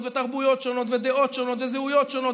ותרבויות שונות ודעות שונות וזהויות שונות.